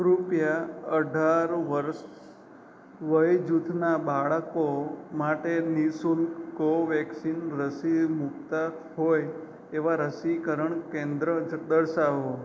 કૃપયા અઢાર વર્ષ વયજૂથનાં બાળકો માટે નિઃશુલ્ક કો વેક્સિન રસી મૂકતાં હોય એવાં રસીકરણ કેન્દ્ર જ દર્શાવો